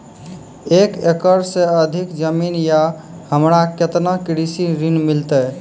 एक एकरऽ से अधिक जमीन या हमरा केतना कृषि ऋण मिलते?